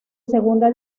segunda